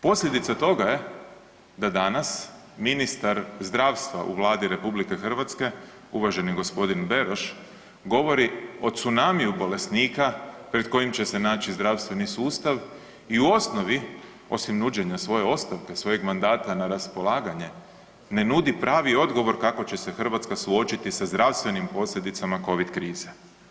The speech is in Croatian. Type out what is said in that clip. Posljedica toga je da danas ministar zdravstva u Vladi RH uvaženi gospodin Beroš govori o cunamiju bolesnika pred kojim će se naći zdravstveni sustav i u osnovi osim nuđenja svoje ostavke, svojeg mandata na raspolaganje ne nudi pravi odgovor kako će se Hrvatska suočiti sa zdravstvenim posljedicama Covid krize.